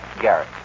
Garrett